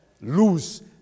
lose